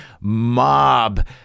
mob